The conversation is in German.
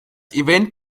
event